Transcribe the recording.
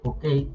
Okay